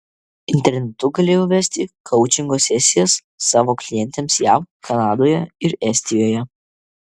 internetu galėjau vesti koučingo sesijas savo klientėms jav kanadoje ir estijoje